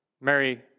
Mary